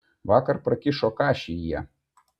vakar prakišo kašį jie